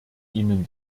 ihnen